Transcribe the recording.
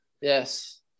yes